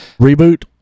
Reboot